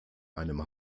einem